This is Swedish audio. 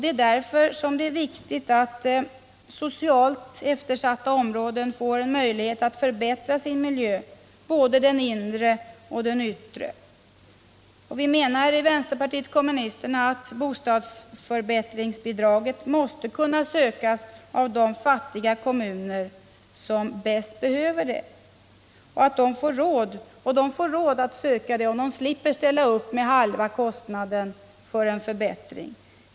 Det är därför som det är viktigt att socialt eftersatta områden får möjlighet att förbättra sin miljö, både den inre och den yttre. Vi menar inom vänsterpartiet kommunisterna att bostadsförbättringsbidraget måste kunna sökas också av de fattiga kommunerna, som bäst behöver det. De får råd att söka bostadsförbättringsbidrag om de slipper att ställa upp med halva kostnaden för en förbättring.